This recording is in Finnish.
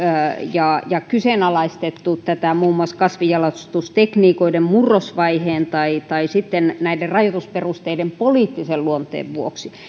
ja tätä on kyseenalaistettu muun muassa kasvinjalostustekniikoiden murrosvaiheen tai tai näiden rajoitusperusteiden poliittisen luonteen vuoksi